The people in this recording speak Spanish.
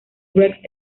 rex